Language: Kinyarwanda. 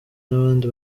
n’abandi